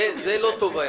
זה היה לא טוב,